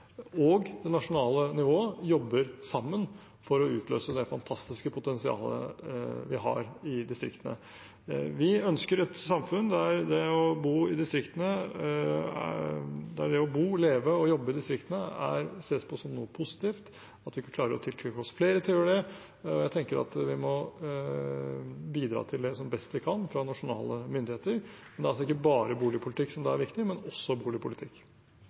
og det nasjonale nivået jobber sammen for å utløse det fantastiske potensialet vi har i distriktene. Vi ønsker et samfunn der det å bo, leve og jobbe i distriktene er sett på som noe positivt, at vi klarer å tiltrekke oss flere til å gjøre det. Jeg tenker at vi må bidra til det som best vi kan fra nasjonale myndigheter, men det er altså ikke bare boligpolitikk som da er viktig – men også boligpolitikk.